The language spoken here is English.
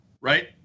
Right